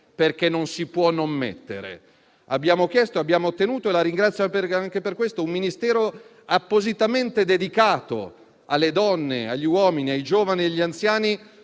non si può fare. Abbiamo chiesto e ottenuto - la ringrazio anche per questo - un Ministero appositamente dedicato alle donne, agli uomini, ai giovani e agli anziani